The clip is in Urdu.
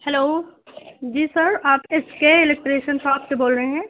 ہیلو جی سر آپ ایس کے الیکٹریشن شاپ سے بول رہے ہیں